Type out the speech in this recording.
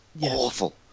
awful